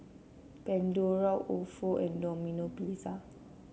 Pandora Ofo and Domino Pizza